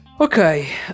okay